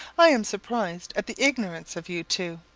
i'm surprised at the ignorance of you two.